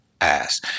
ass